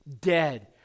dead